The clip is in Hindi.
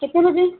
कितने बजे